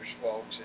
folks